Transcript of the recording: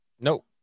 Nope